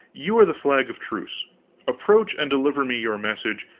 you are the flag of truce approach and deliver me your message,